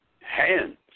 Hands